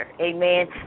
Amen